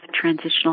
transitional